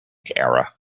era